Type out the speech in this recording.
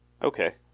Okay